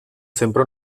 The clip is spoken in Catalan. sempre